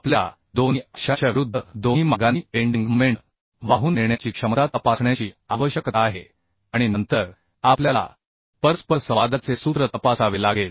तर आपल्याला दोन्ही अक्षांच्या विरुद्ध दोन्ही मार्गांनी बेंडिंग मोमेंट वाहून नेण्याची क्षमता तपासण्याची आवश्यकता आहे आणि नंतर आपल्याला परस्परसंवादाचे सूत्र तपासावे लागेल